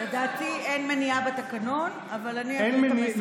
לדעתי אין מניעה בתקנון, אבל אני אעביר את המסר.